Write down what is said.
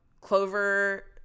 Clover